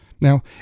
Now